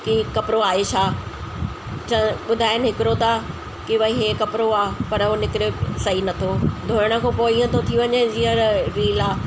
कि कपिड़ो आहे छा च ॿुधाइनि हिकिड़ो था कि भई इहो कपिड़ो आहे पर इहो निकिरे सही न थो धोइण खां पोइ इअं थो थी वञे जीअं र रीला